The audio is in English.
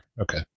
okay